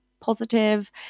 positive